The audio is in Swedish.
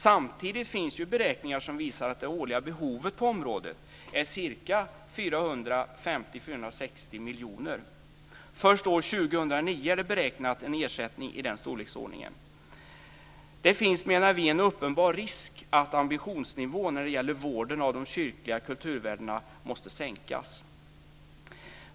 Samtidigt finns det beräkningar som visar att det årliga behovet på området är 450-460 miljoner. Först år 2009 är en ersättning i den storleksordningen beräknad. Det finns, menar vi, en uppenbar risk att ambitionsnivån när det gäller vården av de kyrkliga kulturvärdena måste sänkas.